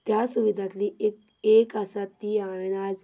त्या सुविधांतली एक एक आसा ती हांवें आयज